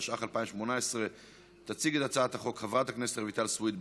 התשע"ח 2018. תציג את הצעת החוק חברת הכנסת רויטל סויד,